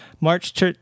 March